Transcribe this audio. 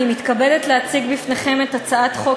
אני מתכבדת להציג בפניכם את הצעת חוק